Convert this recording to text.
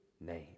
name